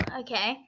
okay